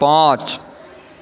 पाँच